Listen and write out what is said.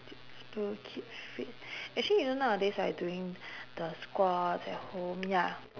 just to keep fit actually you know nowadays I doing the squats at home ya